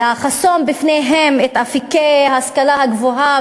לחסום בפניהן את אפיקי ההשכלה הגבוהה